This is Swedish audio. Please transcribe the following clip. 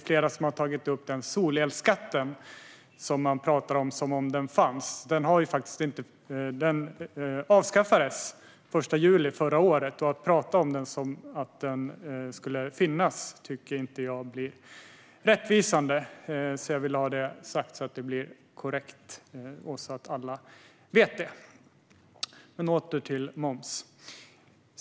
Flera talade då om solelsskatten som om den finns, men den avskaffades faktiskt den 1 juli förra året. Att tala om den som om den skulle finnas är därför inte rättvisande. Jag ville ha detta sagt så att det blir korrekt och så att alla vet det. Åter till momsen.